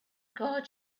god